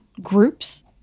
groups